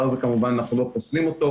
כמובן שאנחנו לא פוסלים את הדבר הזה.